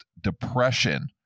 depression